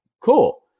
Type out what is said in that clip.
cool